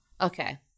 Okay